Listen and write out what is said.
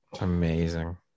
amazing